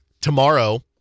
tomorrow